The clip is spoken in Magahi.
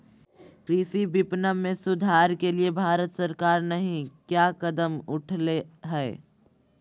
कृषि विपणन में सुधार के लिए भारत सरकार नहीं क्या कदम उठैले हैय?